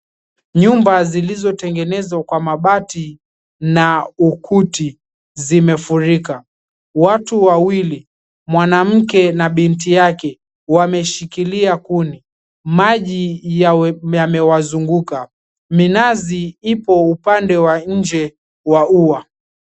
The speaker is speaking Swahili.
Nyumba zilizo tengenezwa kwa mabati na ukuti zimefurika. Watu wawili mwanamke na binti yake wameshikilia kuni, maji yamewazunguka, minazi ipo upande wa inje wa ua.